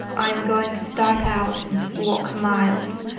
i'm going to start out and walk miles,